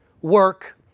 work